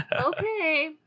Okay